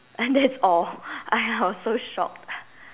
and that's all and I was so shocked